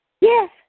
Yes